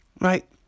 right